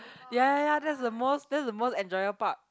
ya ya ya that's the most that's the most enjoyable part